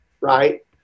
right